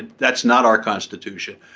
that's not our constitution.